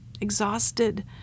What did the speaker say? exhausted